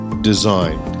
designed